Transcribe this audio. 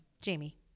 Jamie